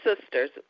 sisters